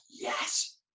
yes